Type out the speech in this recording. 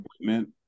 Equipment